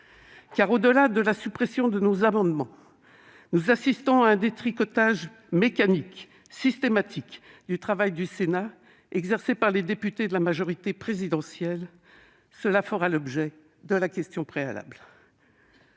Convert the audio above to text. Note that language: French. Au-delà de la suppression de nos amendements, nous assistons à un détricotage mécanique et systématique du travail du Sénat exercé par les députés de la majorité présidentielle. Cela fera l'objet de la question préalable.